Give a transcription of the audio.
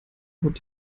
haut